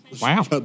Wow